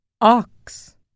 ox